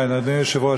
כן, אדוני היושב-ראש.